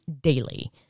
daily